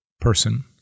person